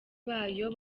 bayo